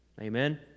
Amen